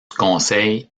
conseil